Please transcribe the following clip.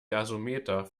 gasometer